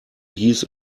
hieß